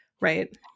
right